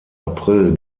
april